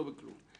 לא בכלום.